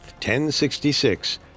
1066